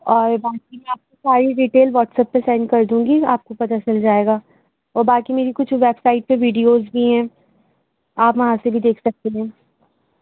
اور باقی میں آپ کو ساری ڈیٹیل واٹسایپ پہ سینڈ کر دوں گی آپ کو پتا چل جائے گا اور باقی میری کچھ ویب سائٹ پہ ویڈیوز بھی ہیں آپ وہاں سے بھی دیکھ سکتے ہیں